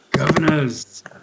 Governors